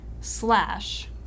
Slash